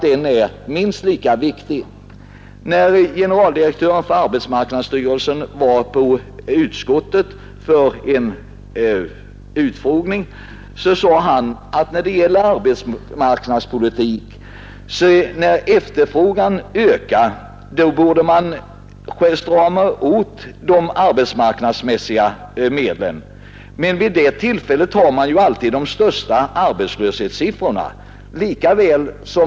Då generaldirektören för arbetsmarknadsstyrelsen var hos utskottet för en utfrågning sade han beträffande arbetsmarknadspolitiken att när efterfrågan ökar borde de arbetsmarknadsmässiga medlen stramas åt. Men i det läget har man ju, sade han, de högsta arbetslöshetssiffrorna.